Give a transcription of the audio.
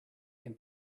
can